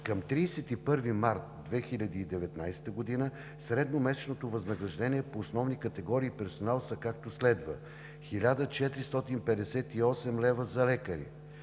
Към 31 март 2019 г. средно месечните възнаграждения по основни категории персонал са, както следва: 1458 лв. за лекари,